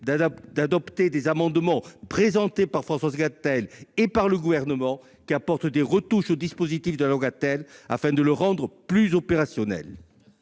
à adopter des amendements présentés par Françoise Gatel et par le Gouvernement qui apportent des retouches au dispositif de la loi Gatel afin de le rendre plus opérationnel.